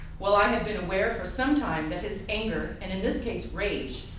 while i had been aware for some time that his anger and in this case range,